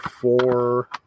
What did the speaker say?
four